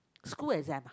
school exam ah